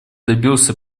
добился